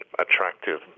attractive